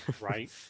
Right